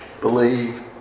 believe